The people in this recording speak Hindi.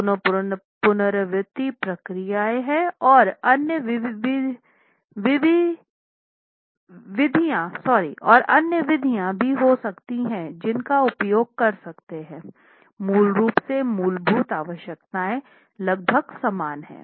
दोनों पुनरावृत्ति प्रक्रियाएं हैं और अन्य विधियां भी हो सकती हैं जिनका उपयोग कर सकते हैंमूल रूप से मूलभूत आवश्यकताएं लगभग समान हैं